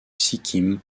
sikkim